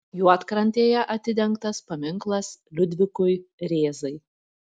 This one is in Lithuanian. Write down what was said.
juodkrantėje atidengtas paminklas liudvikui rėzai